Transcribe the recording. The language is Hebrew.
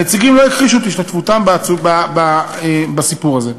הנציגים לא הכחישו את השתתפותם בסיפור הזה.